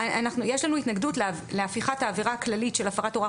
יש לנו התנגדות להפיכת העבירה הכללית של הפרת הוראה